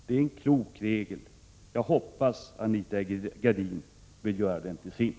Det är en klok regel, som jag hoppas att Anita Gradin vill göra till sin.